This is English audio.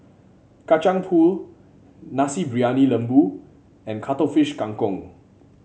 Kacang Pool Nasi Briyani Lembu and Cuttlefish Kang Kong